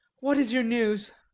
what is your news?